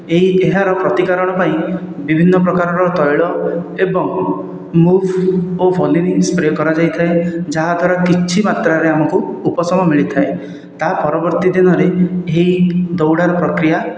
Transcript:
ଏହି ଏହାର ପ୍ରତିକାରଣ ପାଇଁ ବିଭିନ୍ନ ପ୍ରକାରର ତୈଳ ଏବଂ ମୁଭ ଓ ଭୋଲିନି ସ୍ପ୍ରେ କରାଯାଇଥାଏ ଯାହା ଦ୍ଵାରା କିଛି ମାତ୍ରରେ ଆମକୁ ଉପଶମ ମିଳିଥାଏ ତା ପରବର୍ତ୍ତୀ ଦିନରେ ଏହି ଦୌଡ଼ାର ପ୍ରକ୍ରିୟା